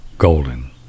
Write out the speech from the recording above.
golden